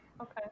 Okay